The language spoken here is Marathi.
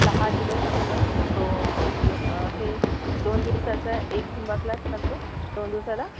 दहा दिवस आमचं तो जेन् हे दोन दिवसाचा एक झुंबा क्लास चालतो दोन दिवसाला